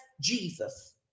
Jesus